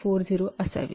40 असावी